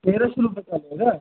तेराशे रुपये चालू आहे का